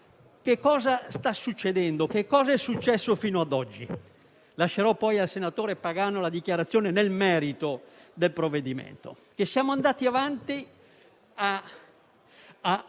Cosa sta succedendo e cosa è successo fino a oggi? Lascerò al senatore Pagano la dichiarazione nel merito del provvedimento. Siamo andati avanti a